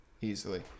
Easily